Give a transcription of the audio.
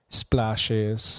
splashes